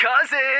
cousin